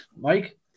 Mike